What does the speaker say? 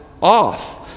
off